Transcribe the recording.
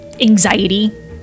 anxiety